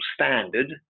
standard